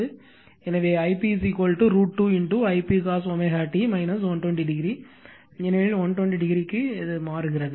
எனவே Ip √ 2 Ip cos t 120o ஏனெனில் 120 o க்கு மாறுகிறது